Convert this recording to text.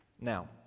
Now